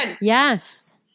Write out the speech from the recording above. Yes